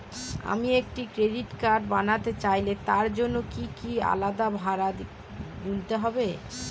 আমি একটি credit card বানাতে চাইলে তার জন্য কি কোনো আলাদা ভাড়া গুনতে হবে?